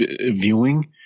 viewing